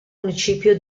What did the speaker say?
municipio